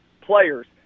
players